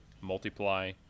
multiply